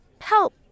Help